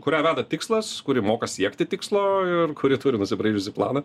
kurią veda tikslas kuri moka siekti tikslo ir kuri turi nusibraižusi planą